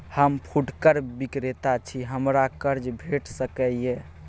हम फुटकर विक्रेता छी, हमरा कर्ज भेट सकै ये?